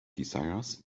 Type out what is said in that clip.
desires